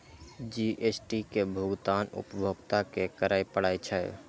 GST के भुगतान उपभोक्ता कें करय पड़ै छै